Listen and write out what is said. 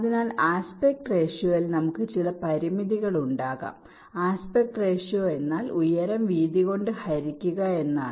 അതിനാൽ ആസ്പെക്ട് റേഷ്യോയിൽ നമുക്ക് ചില പരിമിതികൾ ഉണ്ടാകാം ആസ്പെക്ട് റേഷ്യോ എന്നാൽ ഉയരം വീതി കൊണ്ട് ഹരിക്കുക എന്നാണ്